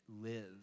live